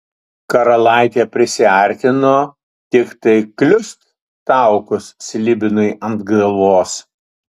karalaitė prisiartino tiktai kliust taukus slibinui ant galvos